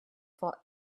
for